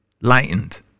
lightened